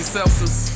Celsius